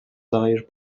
dair